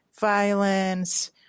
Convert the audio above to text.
violence